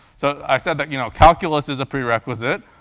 so i said that you know calculus is a prerequisite.